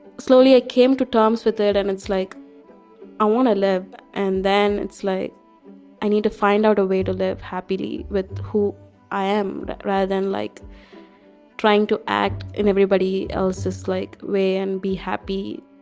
slowly i came to terms with that and it's like i want to live. and then it's like i need to find out a way to live happily with who i am rather than like trying to act in everybody else's, like, way and be happy,